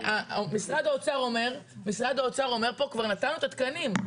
משרד האוצר אומר פה כבר נתנו את התקנים.